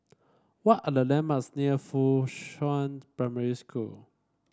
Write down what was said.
what are the landmarks near Fuchun Primary School